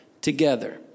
together